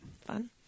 Fun